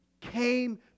came